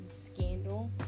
scandal